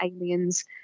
aliens